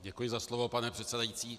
Děkuji za slovo, pane předsedající.